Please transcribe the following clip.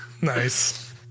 nice